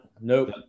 Nope